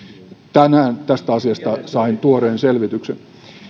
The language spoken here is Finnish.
tänään tästä asiasta sain tuoreen selvityksen